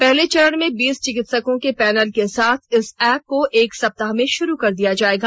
पहले चरण में बीस चिकित्सकों के पैनल के साथ इस एप्प को एक सप्ताह में शुरू कर दिया जाएगा